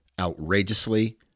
outrageously